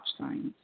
signs